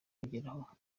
kugeraho